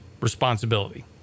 responsibility